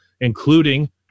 including